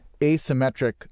asymmetric